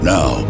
Now